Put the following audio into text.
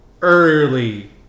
early